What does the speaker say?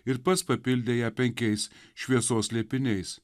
ir pats papildė ją penkiais šviesos slėpiniais